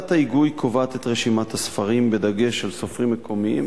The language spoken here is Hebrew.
ועדת ההיגוי קובעת את רשימת הספרים בדגש על סופרים מקומיים,